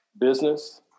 business